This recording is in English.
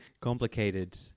complicated